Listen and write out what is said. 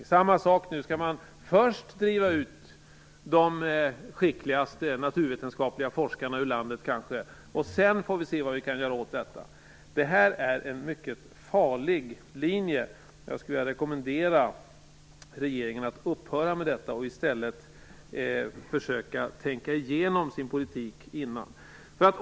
Det är nu samma sak när man först skall driva ut de skickligaste naturvetenskapliga forskarna ur landet, och sedan får man se vad man kan göra åt detta. Det är en mycket farlig linje. Jag skulle vilja rekommendera regeringen att upphöra med detta och i stället försöka tänka igenom sin politik före.